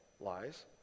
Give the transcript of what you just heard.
lies